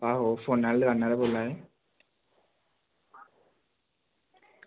आहो फोनै आह्ली दुकानै दा बोल्ला दे